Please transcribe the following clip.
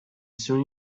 soon